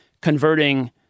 converting